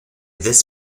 this